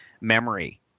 memory